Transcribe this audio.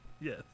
Yes